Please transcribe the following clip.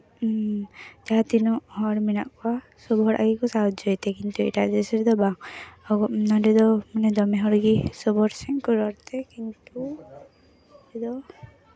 ᱡᱟᱦᱟᱸ ᱛᱤᱱᱟᱹᱜ ᱦᱚᱲ ᱢᱮᱱᱟᱜ ᱠᱚᱣᱟ ᱥᱚᱵ ᱦᱚᱲᱟᱜ ᱜᱮᱠᱚ ᱥᱟᱦᱟᱡᱡᱚᱭ ᱛᱮᱜᱮ ᱠᱤᱱᱛᱩ ᱮᱴᱟᱜ ᱫᱮᱥ ᱨᱮᱫᱚ ᱵᱟᱝ ᱟᱵᱚ ᱱᱚᱰᱮ ᱫᱚ ᱫᱚᱢᱮ ᱦᱚᱲᱜᱮ ᱥᱚᱵ ᱦᱚᱲ ᱥᱮᱜ ᱠᱚ ᱨᱚᱲᱛᱮ ᱠᱤᱱᱛᱩ ᱟᱫᱚ